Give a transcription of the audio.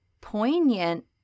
poignant